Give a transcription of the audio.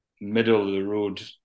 middle-of-the-road